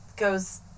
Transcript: goes